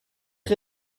chi